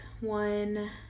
one